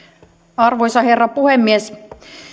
arvoisa herra puhemies